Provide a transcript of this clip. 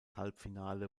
halbfinale